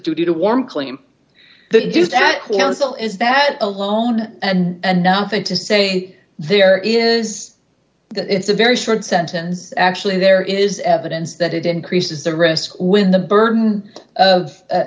duty to warm claim that counsel is that alone and nothing to say there is it's a very short sentence actually there is evidence that it increases the risk when the burden of